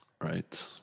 Right